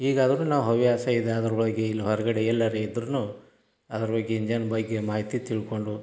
ಈಗ ಆದರೂ ನಾವು ಹವ್ಯಾಸ ಇದು ಅದರೊಳಗೆ ಇಲ್ಲಿ ಹೊರಗಡೆ ಎಲ್ಲಾರೂ ಇದ್ರೂ ಅದರ ಬಗ್ಗೆ ಇಂಜನ್ ಬಗ್ಗೆ ಮಾಹಿತಿ ತಿಳ್ಕೊಂಡು